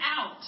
out